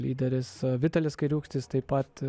lyderis vitalis kairiūkštis taip pat